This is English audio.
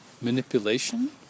manipulation